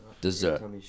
dessert